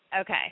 Okay